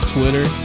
Twitter